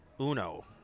Uno